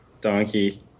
donkey